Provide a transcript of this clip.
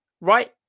right